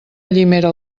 llimera